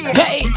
hey